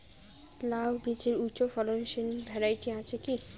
লাউ বীজের উচ্চ ফলনশীল ভ্যারাইটি আছে কী?